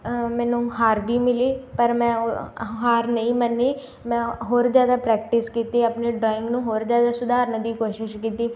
ਮੈਨੂੰ ਹਾਰ ਵੀ ਮਿਲੀ ਪਰ ਮੈਂ ਉਹ ਹਾਰ ਨਹੀਂ ਮੰਨੀ ਮੈਂ ਹੋਰ ਜ਼ਿਆਦਾ ਪ੍ਰੈਕਟਿਸ ਕੀਤੀ ਆਪਣੇ ਡਰਾਇੰਗ ਨੂੰ ਹੋਰ ਜ਼ਿਆਦਾ ਸੁਧਾਰਨ ਦੀ ਕੋਸ਼ਿਸ਼ ਕੀਤੀ